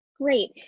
Great